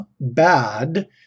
bad